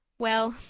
well,